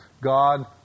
God